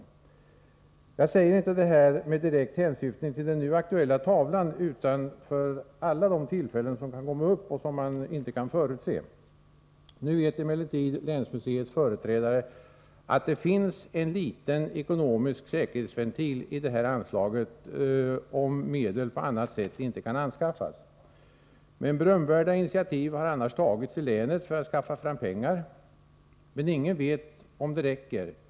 Detta säger jag inte med direkt hänsyftning på den nu aktuella tavlan utan med tanke på alla de tillfällen som kan uppstå och som man inte kan förutse. Nu vet emellertid länsmuseets företrädare att det finns en liten ekonomisk säkerhetsventil genom det här anslaget, om medel inte kan anskaffas på annat sätt. Berömvärda initiativ har tagits i länet för att skaffa fram pengar, men ingen vet om de räcker.